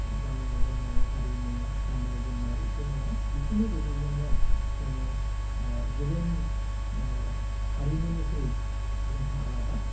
जानाय लोंनाय हारिमु गान्नाय जोमन्नाय बेफोर दङ बेफोरनि गेजेरजोंनो जोङो गुबुन हारिमुनिख्रुइ जोंहा आलादा